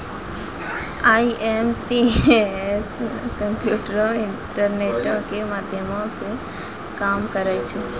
IMPS कम्प्यूटरो, इंटरनेटो के माध्यमो से काम करै छै